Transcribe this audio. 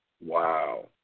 Wow